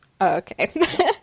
Okay